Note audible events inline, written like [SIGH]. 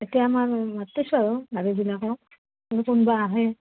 [UNINTELLIGIBLE]